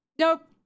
nope